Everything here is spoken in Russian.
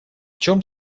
чем